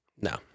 No